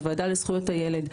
בוועדה לזכויות הילד,